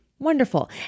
Wonderful